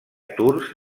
tours